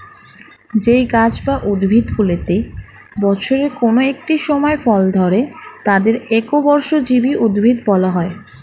যেই গাছ বা উদ্ভিদগুলিতে বছরের কোন একটি সময় ফল ধরে তাদের একবর্ষজীবী উদ্ভিদ বলা হয়